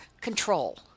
control